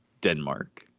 Denmark